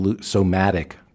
somatic